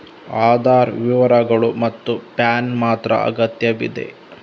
ಆಧಾರ್ ವಿವರಗಳು ಮತ್ತು ಪ್ಯಾನ್ ಮಾತ್ರ ಅಗತ್ಯವಿದೆ